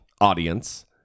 audience